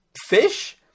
fish